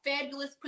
Fabulous